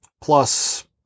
Plus